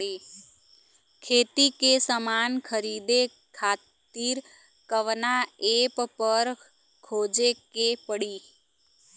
खेती के समान खरीदे खातिर कवना ऐपपर खोजे के पड़ी?